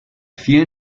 vielen